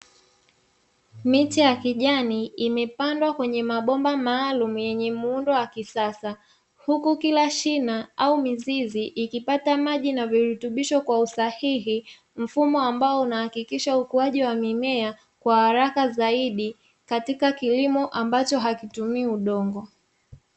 Miti ya kijani imepandwa kwenye mabomba maalumu yenye muundo wa kisasa, huku kila shina au mizizi ikipata maji na virutubisho kwa usahihi, mfumo ambao unahakikisha ukuaji wa mimea kwa haraka zaidi, katika kilimo ambacho hakitumii udongo.